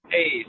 Hey